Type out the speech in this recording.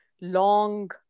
long